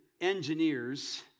engineers